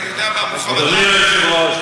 אדוני היושב-ראש,